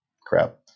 crap